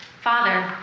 Father